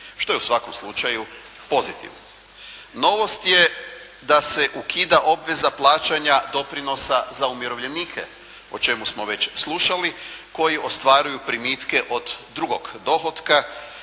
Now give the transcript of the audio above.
Što je u svakom slučaju pozitivno. Novost je da se ukida obveza plaćanja doprinosa za umirovljenike o čemu smo već slušali koji ostvaruju primitke od drugog dohotka